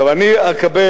אני אקבל.